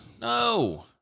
No